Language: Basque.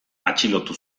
atxilotu